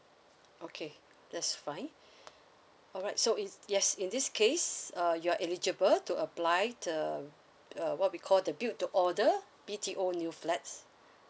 okay that's fine alright so is yes in this case uh you are eligible to apply the uh what we call the build to order B T O new flats